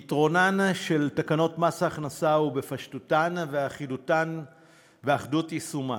יתרונן של תקנות מס הכנסה הוא בפשטותן ואחידותן ובאחידות יישומן.